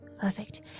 Perfect